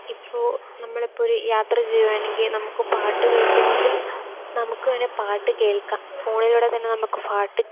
ഇപ്പോൾ നമ്മളിപ്പോൾ ഒരു യാത്ര ചെയ്യുകയാണെങ്കിൽ നമുക്ക് പാട്ടു കേൾക്കണമെങ്കിൽ നമ്മുക്ക് വേണമെങ്കിൽ പാട്ടു കേൾക്കാം ഫോണിലൂടെ തന്നെ നമുക്ക് പാട്ട്